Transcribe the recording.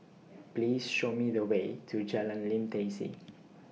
Please Show Me The Way to Jalan Lim Tai See